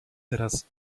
teraz